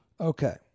Okay